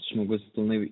žmogus pilnai